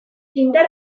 indar